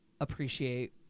appreciate